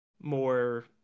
more